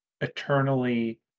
eternally